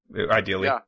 ideally